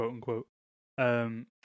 quote-unquote